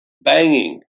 banging